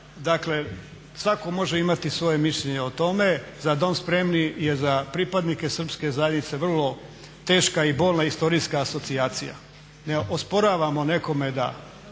dakle svatko može imati svoje mišljenje o tome. "Za dom spremni" je za pripadnike srpske zajednice vrlo teška i bolna historijska asocijacija. Ne osporavamo nekome da